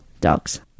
dogs